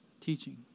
teaching